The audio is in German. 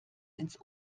ins